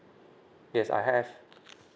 yes I have